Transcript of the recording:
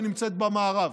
שנמצאות במערב.